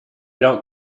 don’t